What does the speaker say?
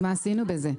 אז מה עשינו בזה?